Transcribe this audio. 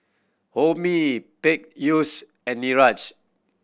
Homi Peyush and Niraj